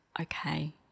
okay